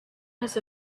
has